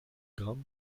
grimpe